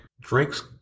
drinks